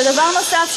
זה לא יפה.